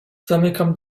zamykam